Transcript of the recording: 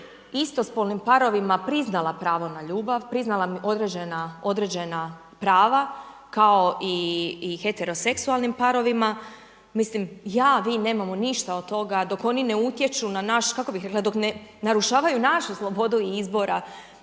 istospolnim parovima priznala pravo na ljubav, priznala određena prava kao i heteroseksualnim parovima, mislim ja, mi nemamo ništa od toga dok oni ne utječu na naš, kako bih rekla, dok ne narušavaju našu slobodu izbora